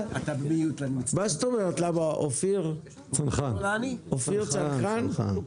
מיכאל אתה ואני גם נפגשנו בשטח אם אתה זוכר,